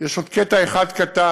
יש עוד קטע אחד קטן,